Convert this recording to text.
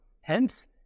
Hence